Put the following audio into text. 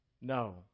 No